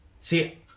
See